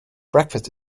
breakfast